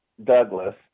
Douglas